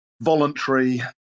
voluntary